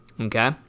okay